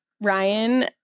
Ryan